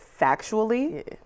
factually